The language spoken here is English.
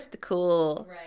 cool